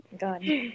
god